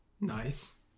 Nice